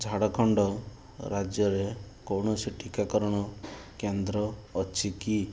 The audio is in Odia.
ଝାଡ଼ଖଣ୍ଡ ରାଜ୍ୟରେ କୌଣସି ଟିକାକରଣ କେନ୍ଦ୍ର ଅଛି କି